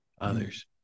others